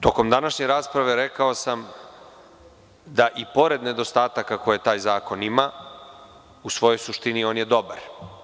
Tokom današnje rasprave rekao sam da i pored nedostataka koje taj zakon ima, u svojoj suštini on je dobar.